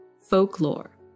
folklore